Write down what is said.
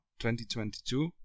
2022